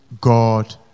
God